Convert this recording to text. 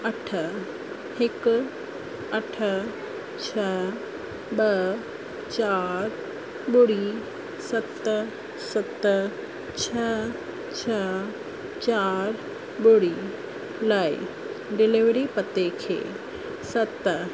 अठ हिकु अठ छ्ह ॿ चार ॿुड़ी सत सत छह छह चार ॿुड़ी लाइ डिलीवरी पते खे सत